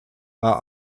war